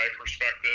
perspective